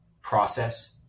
process